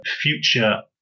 future